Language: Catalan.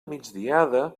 migdiada